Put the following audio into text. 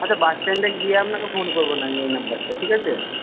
আচ্ছা বাস স্ট্যান্ডে গিয়ে আপনাকে ফোন করব নাহয় এই নাম্বারটায় ঠিক আছে